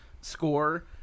score